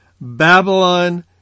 Babylon